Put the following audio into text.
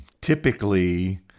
typically